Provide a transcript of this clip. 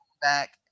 back